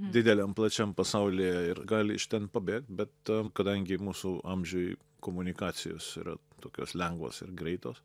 dideliam plačiam pasaulyje ir gali iš ten pabėgt bet kadangi mūsų amžiuj komunikacijos yra tokios lengvos ir greitos